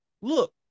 Look